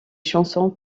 chansons